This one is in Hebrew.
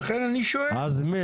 אז מי?